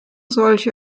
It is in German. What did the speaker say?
solche